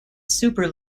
super